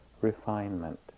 refinement